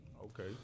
Okay